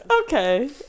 Okay